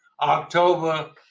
October